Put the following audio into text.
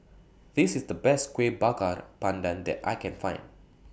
This IS The Best Kueh Bakar Pandan that I Can Find